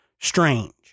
strange